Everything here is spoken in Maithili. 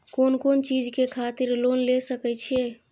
कोन कोन चीज के खातिर लोन ले सके छिए?